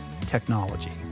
technology